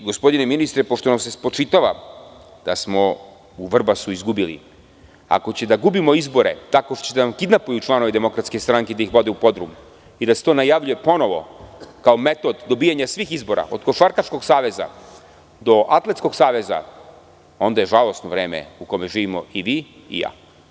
Gospodine ministre, pošto nam se spočitava da smo u Vrbasu izgubili, ako ćemo da gubimo izbore tako što će da nam kidnapuju članove DS da ih vode u podrum i da se to najavljuje ponovo kao metod dobijanja svih izbora, od Košarkaškog saveza do Atletskog saveza, onda je žalosno vreme u kome živimo i vi i ja.